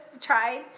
tried